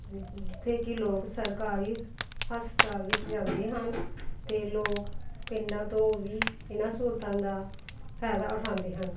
ਜਿੱਥੇ ਕਿ ਲੋਕ ਸਰਕਾਰੀ ਹਸਪਤਾਲ ਵਿੱਚ ਜਾਂਦੇ ਹਨ ਅਤੇ ਲੋਕ ਪਿੰਡਾਂ ਤੋਂ ਵੀ ਇਹਨਾਂ ਸਹੂਲਤਾਂ ਦਾ ਫਾਇਦਾ ਉਠਾਉਂਦੇ ਹਨ